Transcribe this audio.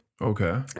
okay